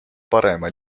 parema